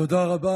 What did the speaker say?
תודה רבה.